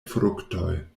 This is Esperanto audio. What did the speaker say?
fruktoj